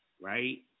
right